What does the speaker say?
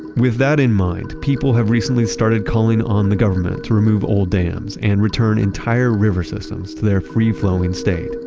with that in mind, people have recently started calling on the government to remove old dams and return entire river systems to their free flowing state.